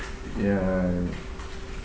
ya